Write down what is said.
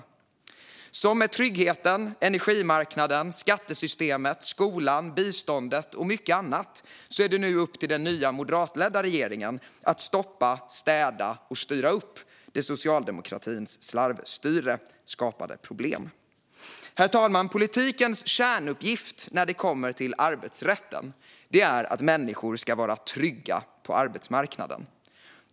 Liksom när det gäller tryggheten, energimarknaden, skattesystemet, skolan, biståndet och mycket annat är det nu upp till den nya moderatledda regeringen att stoppa, städa och styra upp där socialdemokratins slarvstyre skapade problem. Herr talman! Politikens kärnuppgift när det kommer till arbetsrätten är att människor ska vara trygga på arbetsmarknaden.